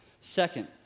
Second